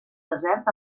desert